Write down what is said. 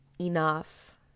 enough